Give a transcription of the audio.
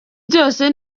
byose